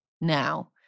now